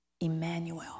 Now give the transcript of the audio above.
Emmanuel